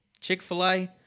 Chick-fil-A